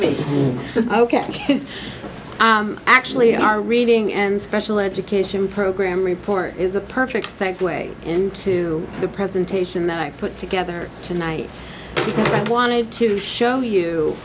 ok actually our reading and special education program report is a perfect segue into the presentation that i put together tonight because i wanted to show you